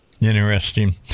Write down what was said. Interesting